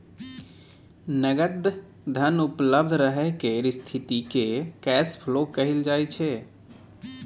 नगद धन उपलब्ध रहय केर स्थिति केँ कैश फ्लो कहल जाइ छै